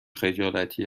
خجالتی